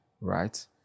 right